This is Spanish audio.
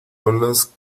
olas